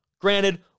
granted